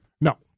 No